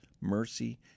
mercy